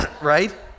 right